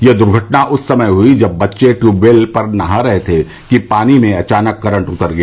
यह दुर्घटना उस समय हुई जब बच्चे ट्यूबवेल पर नहा रहे थे कि पानी में अचानक करंट ऊतर गया